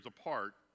apart